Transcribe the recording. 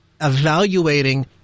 evaluating